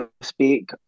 speak